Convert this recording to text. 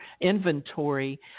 inventory